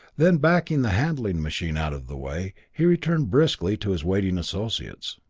then backing the handling machine out of the way, he returned briskly to his waiting associates.